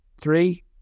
three